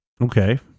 Okay